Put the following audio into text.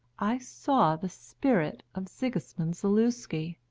i saw the spirit of sigismund zaluski.